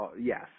Yes